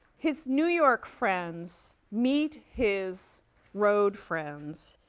his new york friends meet his road friends,